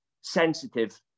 sensitive